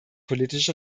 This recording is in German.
politische